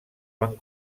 van